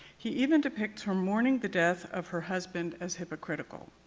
he even depicts her mourning the death of her husband as hypocritical,